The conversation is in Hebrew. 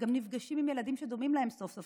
הם גם נפגשים עם ילדים שדומים להם סוף-סוף.